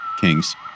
Kings